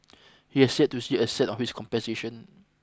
he has set to see a cent on his compensation